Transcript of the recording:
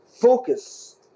focus